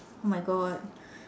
oh my god